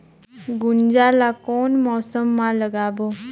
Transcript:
गुनजा ला कोन मौसम मा लगाबो?